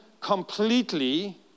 completely